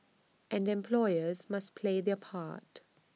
and employers must play their part